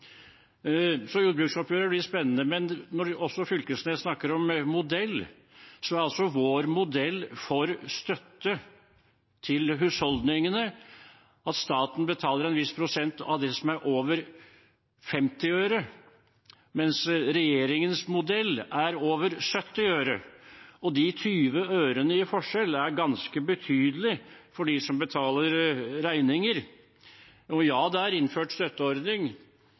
Så jordbruksoppgjøret blir spennende. Men Knag Fylkesnes snakker også om modell, og vår modell for støtte til husholdningene er at staten betaler en viss prosent av det som er over 50 øre, mens regjeringens modell gjelder over 70 øre. De 20 ørene i forskjell er ganske betydelige for dem som betaler regninger. Og ja, det er innført støtteordning,